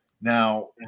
Now